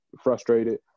frustrated